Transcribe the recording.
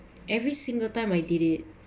every single time I did it